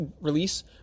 release